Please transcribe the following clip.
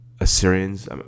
assyrians